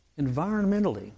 Environmentally